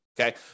Okay